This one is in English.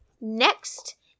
Next